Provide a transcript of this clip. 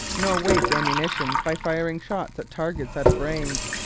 nor waste ammunition by firing shots at targets out of range.